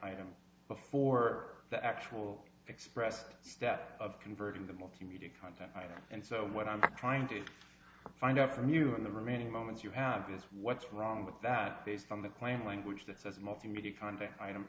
items before the actual expressed that of converting the multimedia content and so what i'm trying to find out from you in the remaining moments you have is what's wrong with that based on the plain language that says multimedia cont